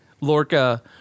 Lorca